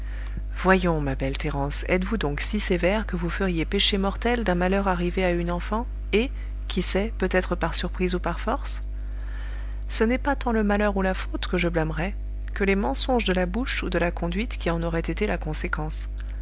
voyons ma belle thérence êtes-vous donc si sévère que vous feriez péché mortel d'un malheur arrivé à une enfant et qui sait peut-être par surprise ou par force ce n'est pas tant le malheur ou la faute que je blâmerais que les mensonges de la bouche ou de la conduite qui en auraient été la conséquence